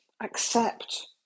Accept